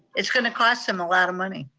it's gonna cost them a lot of money.